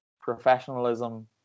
professionalism